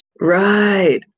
Right